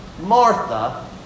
Martha